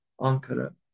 Ankara